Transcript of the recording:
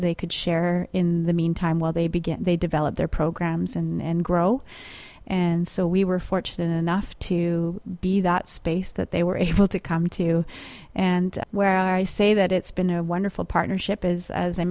they could share in the meantime while they begin they develop their programs and grow and so we were fortunate enough to be that space that they were able to come to and where i say that it's been a wonderful partnership is as i